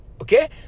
okay